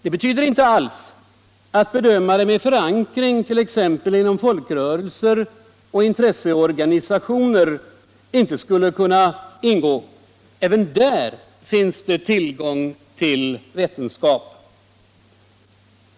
Det betyder inte alls att bedömare med förankring inom t.ex. folkrörelser och intresseorganisationer inte skulle kunna ingå. Även där finns tillgång till vetenskap.